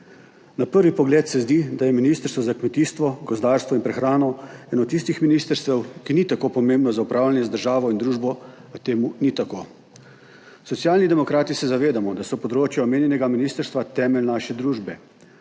Na prvi pogled se zdi, da je Ministrstvo za kmetijstvo, gozdarstvo in prehrano eno tistih ministrstev, ki ni tako pomembno za upravljanje z državo in družbo, a temu ni tako. Socialni demokrati se zavedamo, da so področja omenjenega ministrstva temelj naše družbe,